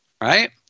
right